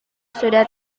sudah